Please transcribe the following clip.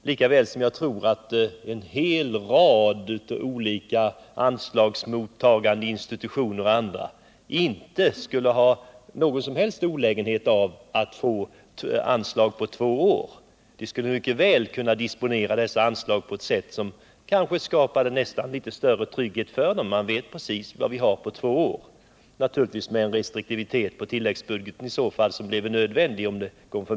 Likaså tror jag att en hel rad anslagsmottagande institutioner och andra inte skulle ha någon som helst olägenhet av att få anslag för två år i taget. De skulle därigenom kunna disponera sina anslag på ett sätt som skapade större trygghet för verksamheten. Detta skulle naturligtvis kombineras med nödvändig restriktivitet i fråga om tilläggsbudget.